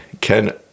Ken